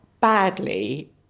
badly